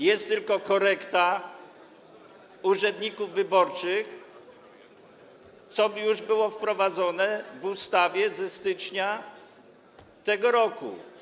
Jest tylko korekta dotycząca urzędników wyborczych, co już było wprowadzone w ustawie ze stycznia tego roku.